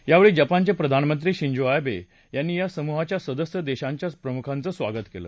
यावेळी जपानचे प्रधानमंत्री शिंझो अॅबे यांनी या समूहाच्या सदस्य देशांच्या प्रमुखांचं स्वागत केलं